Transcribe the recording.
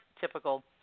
typical